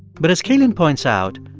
but as cailin points out,